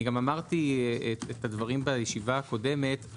אני גם אמרתי את הדברים בישיבה הקודמת.